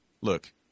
look